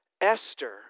Esther